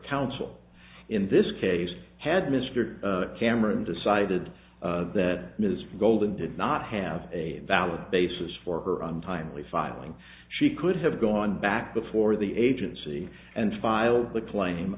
counsel in this case had mr cameron decided that ms golden did not have a valid basis for her untimely filing she could have gone back before the agency and file the claim